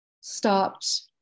stopped